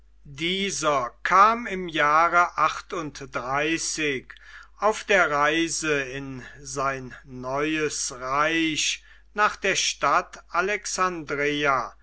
dieser kam im jahre auf der reise in sein neues reich nach der stadt alexandreia